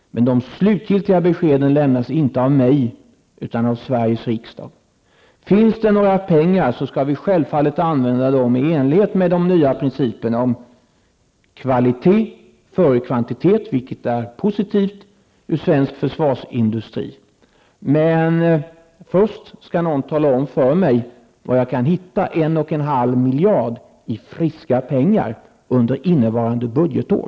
Men det slutgiltiga beskedet lämnas inte av mig utan av Sveriges riksdag. Om det finns några pengar skall vi självfallet använda dem i enlighet med de nya principerna om kvalitet före kvantitet, vilket är positivt ur svensk försvarsindustris synpunkt. Men först skall någon tala om för mig var jag kan hitta 1,5 miljard i friska pengar under innevarande budgetår.